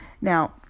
Now